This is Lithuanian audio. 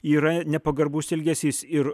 yra nepagarbus elgesys ir